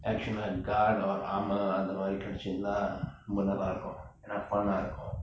actual guard or armour அந்த மாதிரி கிடச்சதுனா ரொம்ப இருக்கும்:antha maathiri kidachathunaa romba nallaa irukum fun இருக்கும்:irukkum